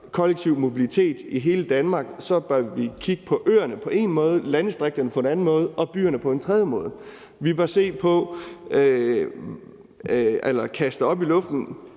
kollektiv mobilitet i hele Danmark, bør vi kigge på øerne på én måde, landdistrikterne på en anden måde og byerne på en tredje måde. Vi bør kaste op i luften,